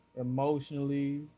Emotionally